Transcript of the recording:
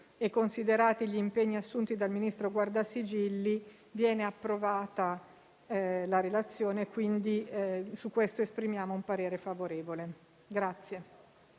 e considerati gli impegni assunti dal Ministro guardasigilli, viene approvata la Relazione: su questa esprimiamo un parere favorevole.